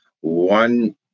one